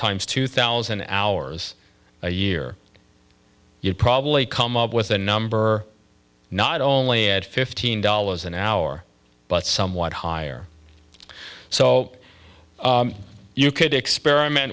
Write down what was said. times two thousand hours a year you probably come up with a number not only add fifteen dollars an hour but somewhat higher so you could experiment